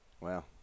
wow